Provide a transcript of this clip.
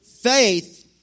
Faith